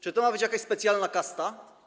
Czy to ma być jakaś specjalna kasta?